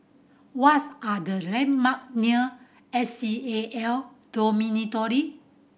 what are the landmarks near S C A L Dormitory